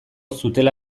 zutela